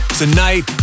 tonight